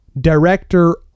director